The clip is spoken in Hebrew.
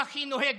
כך היא נוהגת.